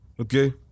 Okay